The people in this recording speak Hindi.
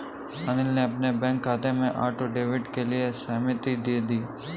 अनिल ने अपने बैंक खाते में ऑटो डेबिट के लिए सहमति दे दी